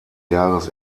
jahres